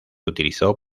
utilizó